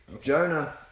Jonah